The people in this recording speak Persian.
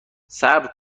صبر